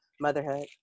Motherhood